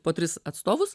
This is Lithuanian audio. po tris atstovus